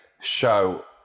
show